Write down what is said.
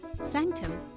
Sanctum